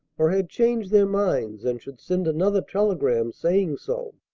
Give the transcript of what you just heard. or had changed their minds and should send another telegram saying so!